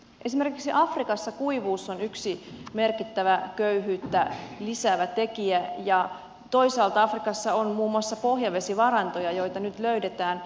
esimerkiksi afrikassa kuivuus on yksi merkittävä köyhyyttä lisäävä tekijä ja toisaalta afrikassa on muun muassa pohjavesivarantoja joita nyt löydetään